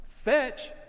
Fetch